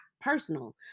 personal